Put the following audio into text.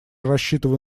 рассчитываю